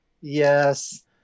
yes